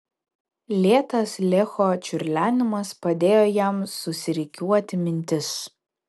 lėtas lecho čiurlenimas padėjo jam susirikiuoti mintis